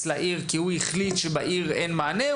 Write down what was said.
לעיר כי הוא החליט שבעיר אין מענה,